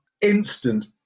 instant